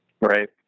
Right